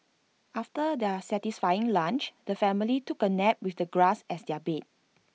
after their satisfying lunch the family took A nap with the grass as their bed